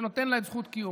שנותן לה את זכות קיומה.